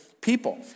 people